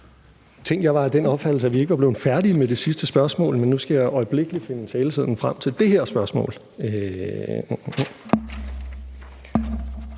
opfattelse, at vi ikke var blevet færdige med det sidste spørgsmål, men nu skal jeg øjeblikkeligt finde talesedlen frem til det her spørgsmål.